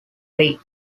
lee